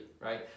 right